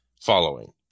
following